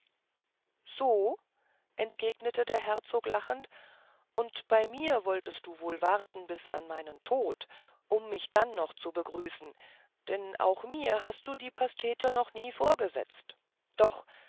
so entgegnete der herzog lachend und bei mir wolltest du wohl warten bis an meinen tod um mich dann noch zu begrüßen denn auch mir hast du die pastete noch nie vorgesetzt doch